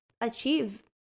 achieve